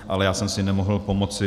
Ale já jsem si nemohl pomoci.